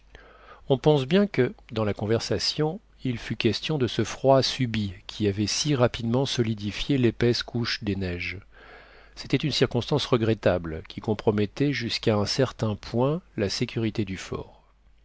on pense bien que dans la conversation il fut question de ce froid subit qui avait si rapidement solidifié l'épaisse couche des neiges c'était une circonstance regrettable qui compromettait jusqu'à un certain point la sécurité du fort